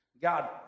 God